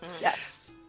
Yes